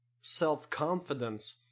self-confidence